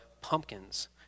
pumpkins